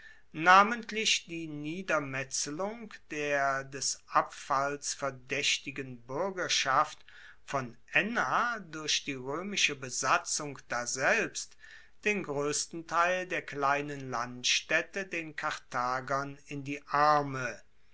namentlich die niedermetzelung der des abfalls verdaechtigen buergerschaft von enna durch die roemische besatzung daselbst den groessten teil der kleinen landstaedte den karthagern in die arme